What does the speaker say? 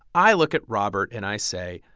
i look at robert and i say,